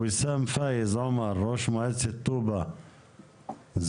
ויסאם פאיז, ראש מועצת טובא זנגריה.